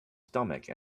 stomach